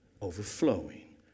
overflowing